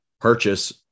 purchase